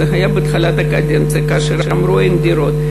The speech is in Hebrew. זה היה בתחילת הקדנציה, כאשר אמרו שאין דירות.